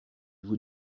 vous